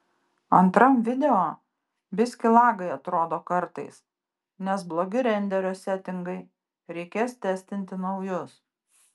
antram video biskį lagai atrodo kartais nes blogi renderio setingai reikės testinti naujus